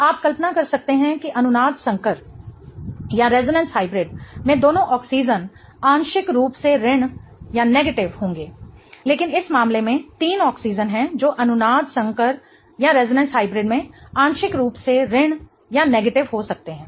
तो आप कल्पना कर सकते हैं कि अनुनाद संकर में दोनों ऑक्सीजन आंशिक रूप से ऋण होंगे लेकिन इस मामले में 3 ऑक्सीजन हैं जो अनुनाद संकर में आंशिक रूप से ऋण हो सकते हैं